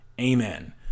amen